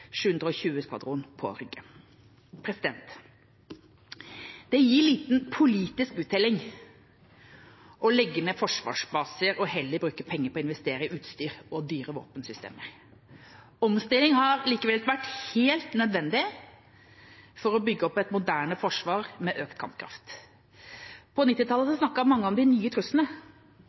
Det gir liten politisk uttelling å legge ned forsvarsbaser og heller bruke penger på å investere i utstyr og dyre våpensystemer. Omstilling har likevel vært helt nødvendig for å bygge opp et moderne forsvar med økt kampkraft. På 1990-tallet snakket mange om de nye truslene,